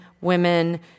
women